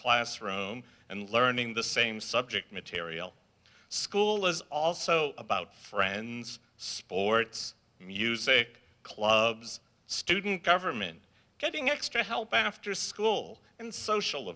classroom and learning the same subject material school is also about friends sports music clubs student government getting extra help after school and social